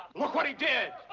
look what he did.